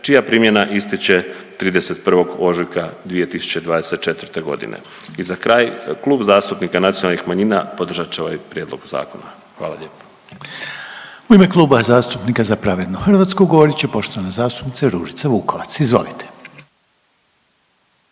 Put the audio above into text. čija primjena ističe 31. ožujka 2024. g. I za kraj, Klub zastupnika nacionalnih manjina podržat će ovaj prijedlog zakona. Hvala lijepo. **Reiner, Željko (HDZ)** U ime Kluba zastupnika Za pravednu Hrvatsku govorit će poštovana zastupnica Ružica Vukovac. Izvolite.